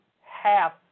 half